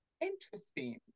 interesting